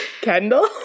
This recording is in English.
Kendall